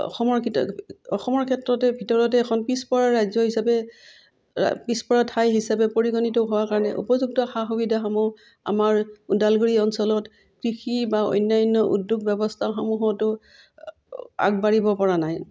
অসমৰ অসমৰ ক্ষেত্ৰতে ভিতৰতে এখন পিছপৰা ৰাজ্য হিচাপে পিছপৰা ঠাই হিচাপে পৰিগণিত হোৱাৰ কাৰণে উপযুক্ত সা সুবিধাসমূহ আমাৰ ওদালগুৰি অঞ্চলত কৃষি বা অন্যান্য উদ্যোগ ব্যৱস্থাসমূহতো আগবাঢ়িবপৰা নাই